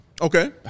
Okay